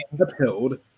upheld